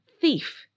Thief